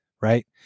right